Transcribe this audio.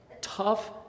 tough